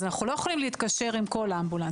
אז אנחנו לא יכולים להתקשר עם כל אמבולנס.